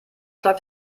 läuft